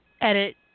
edit